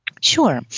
Sure